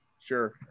sure